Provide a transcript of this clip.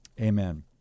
amen